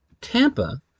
Tampa